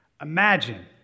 Imagine